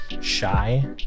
Shy